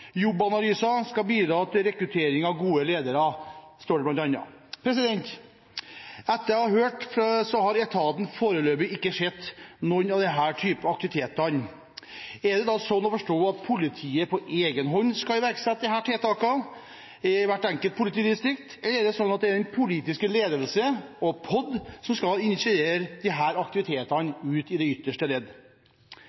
skal bidra til rekruttering av gode ledere», står det bl.a. Etter hva jeg har hørt, har etaten foreløpig ikke sett noe av den type aktivitet. Er det da slik å forstå at politiet på egen hånd skal iverksette disse tiltakene i hvert enkelt politidistrikt, eller er det den politiske ledelse og POD som skal initiere disse aktivitetene ute i det ytterste ledd?